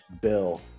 bill